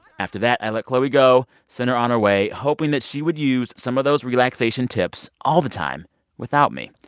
after that, i let chloe go, sent her on her way, hoping that she would use some of those relaxation tips all the time without me.